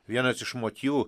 vienas iš motyvų